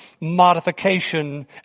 modification